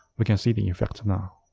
we can see the effect now